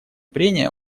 прения